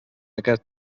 aquest